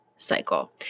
cycle